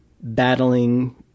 battling